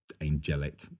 angelic